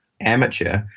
amateur